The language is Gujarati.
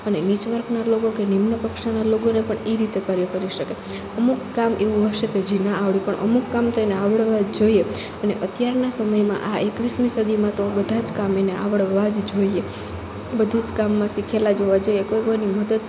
અને નીચ વર્ગના લોકો કે નિમ્ન કક્ષાનાં લોકોને પણ એ રીતે કાર્ય કરી શકે અમુક કામ એવું હશે કે જે ના આવડે પણ અમુક કામ તો એને આવડવાં જ જોઈએ અને અત્યારના સમયમાં આ એકવીસમી સદીમાં તો બધાં જ કામ એને આવડવાં જ જોઈએ બધું જ કામમાં શીખેલા જ હોવાં જોઈએ કોઈ કોઈની મદદ